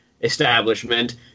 establishment